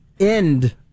end